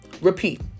Repeat